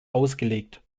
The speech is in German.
ausgelegt